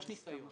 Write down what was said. יש ניסיון.